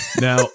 Now